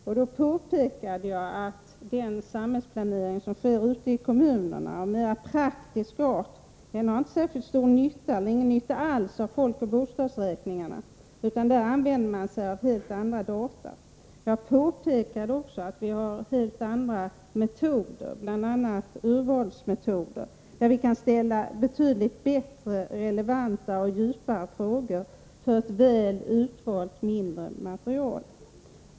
Jag påpekade också att den samhällsplanering av mer praktisk art som sker ute i kommunerna inte har någon som helst nytta av folkoch bostadsräkningarna. Där använder man sig av helt andra data. Dessutom nämnde jag att det finns helt andra metoder, bl.a. urvalsmetoder, med vilkas hjälp vi kan ställa betydligt bättre, mer relevanta och djupare frågor om ett väl utvalt, mindre material.